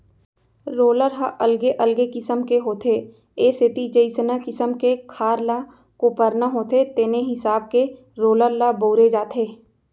roller ह अलगे अलगे किसम के होथे ए सेती जइसना किसम के खार ल कोपरना होथे तेने हिसाब के रोलर ल बउरे जाथे